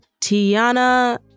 Tiana